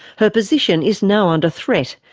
her position is now under threat,